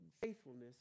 faithfulness